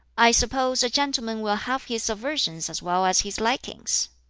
i suppose a gentleman will have his aversions as well as his likings?